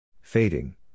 Fading